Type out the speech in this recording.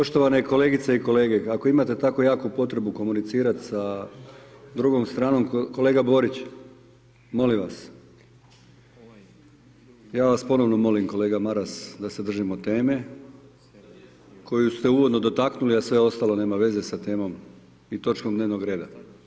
Poštovane kolegice i kolege, ako imate tako jaku potrebu komunicirati sa drugom stranom, kolega Borić, molim vas, ja vas ponovno molim kolega Maras da se držimo teme koju ste uvodno dotaknuli, a sve ostalo nema veze sa temom i točkom dnevnog reda.